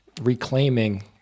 reclaiming